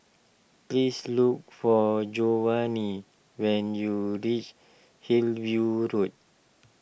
please look for Jovani when you reach Hillview Road